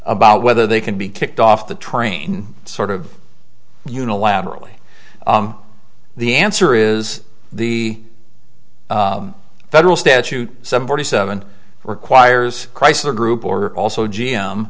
about whether they can be kicked off the train sort of unilaterally the answer is the federal statute some forty seven requires chrysler group or also